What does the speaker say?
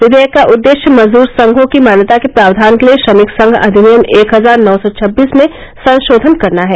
विधेयक का उद्देश्य मजदूर संघों की मान्यता के प्रावधान के लिए श्रमिक संघ अधिनियम एक हजार नौ सौ छब्बीस में संशोधन करना है